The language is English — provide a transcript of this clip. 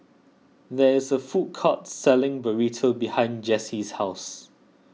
there is a food court selling Burrito behind Jessee's house